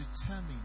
determine